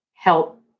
help